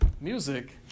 music